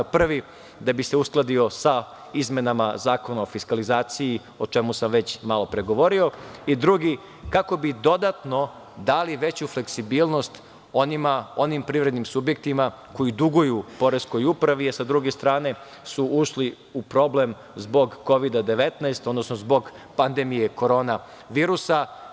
Prvi, da bi se uskladio sa izmenama Zakona o fiskalizaciji, o čemu sam već malo pre govorio i, drugi, kako bi dodatno dali vežu fleksibilnost onim privrednim subjektima koji duguju poreskoj upravi, a s druge strane su ušli u problem zbog Kovida-19, odnosno zbog pandemije korona virusa.